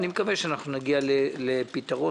אני מקווה שנגיע לפתרון.